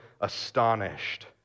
astonished